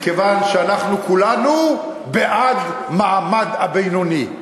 מכיוון שאנחנו כולנו בעד המעמד הבינוני.